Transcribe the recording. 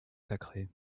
sacrées